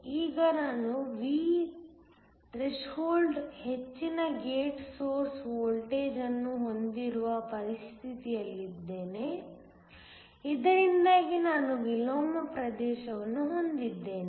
ಈಗ ನಾನು V ಥ್ರೆಶೋಲ್ಡ್ಗಿಂತ ಹೆಚ್ಚಿನ ಗೇಟ್ ಸೊರ್ಸ್ ವೋಲ್ಟೇಜ್ ಅನ್ನು ಹೊಂದಿರುವ ಪರಿಸ್ಥಿತಿಯಲ್ಲಿದ್ದೇನೆ ಇದರಿಂದಾಗಿ ನಾನು ವಿಲೋಮ ಪ್ರದೇಶವನ್ನು ಹೊಂದಿದ್ದೇನೆ